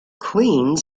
queens